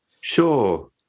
Sure